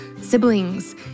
siblings